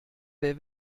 wer